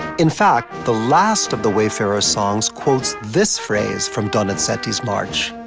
in fact, the last of the wayfarer songs quotes this phrase from donizetti's march.